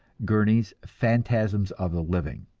gurney's phantasms of the living.